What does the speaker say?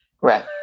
right